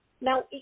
now